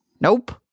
nope